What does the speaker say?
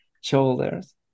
shoulders